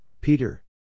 Peter